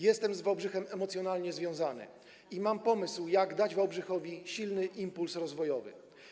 Jestem z Wałbrzychem emocjonalnie związany i mam pomysł, jak dać Wałbrzychowi silny impuls rozwojowy.